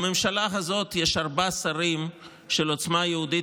בממשלה הזאת יש ארבעה שרים של עוצמה יהודית